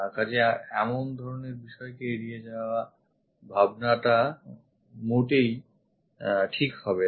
কাজেই এমন ধরনের বিষয়কে এড়িয়ে যাওয়ার ভাবনাটা মতেই ঠিক হবে না